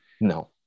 No